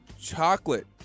chocolate